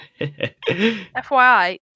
FYI